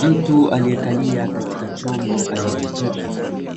Mtu aliyekalia katika chombo aina ya trekta